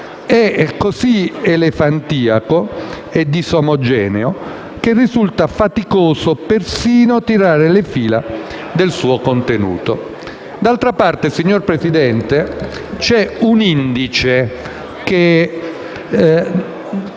È così elefantiaco e disomogeneo che risulta faticoso perfino tirare le fila del suo contenuto. D'altra parte, signor Presidente, vi è un indicatore